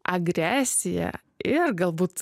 agresija ir galbūt